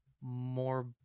more